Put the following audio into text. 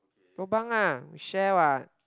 lobang ah we share [what]